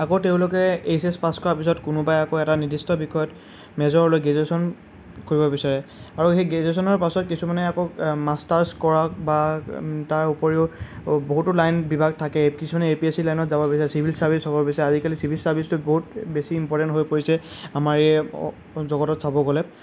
আকৌ তেওঁলোকে HS pass কৰাৰ পিছত কোনোবাই আকৌ নিৰ্দিষ্ট বিষয়ত মেজৰ লৈ গ্ৰেজুৱেশ্যন কৰিব বিচাৰে আৰু সেই গ্ৰেজুৱেশ্যনৰ পাছত কিছুমানে আকৌ মাষ্টাৰ্ছ কৰা তাৰ উপৰিও বহুতো লাইন বিভাগ থাকে কিছুমানে এপিএছচি লাইনত যাব বিচাৰে চিভিল ছাৰ্ভিচ হ'ব বিচাৰে আজিকালি চিভিল ছাৰ্ভিচটো বহুত বেছি ইম্প'ৰ্টেণ্ট হৈ পৰিছে আমাৰ এই জগতত চাব গ'লে